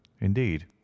indeed